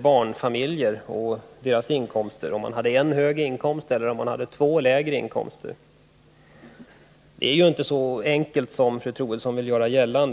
barnfamiljer och deras inkomster, om man hade en Nr 54 hög inkomst eller två lägre inkomster. Det är ju inte så enkelt som fru Troedsson vill göra gällande.